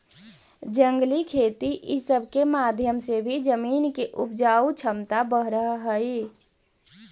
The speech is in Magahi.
जंगली खेती ई सब के माध्यम से भी जमीन के उपजाऊ छमता बढ़ हई